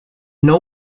know